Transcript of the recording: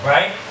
Right